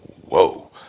whoa